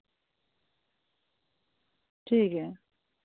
ठीक ऐ